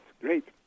Great